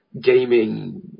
gaming